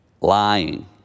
Lying